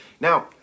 Now